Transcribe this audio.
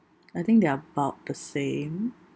I think they're about the same